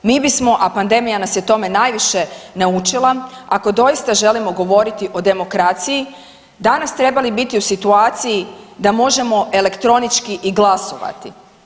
Mi bismo a pandemija nas je tome najviše naučila, ako doista želimo govoriti o demokraciji, danas trebali biti u situacija da možemo elektronički i glasovati.